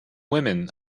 women